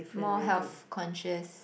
more health conscious